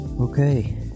okay